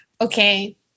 Okay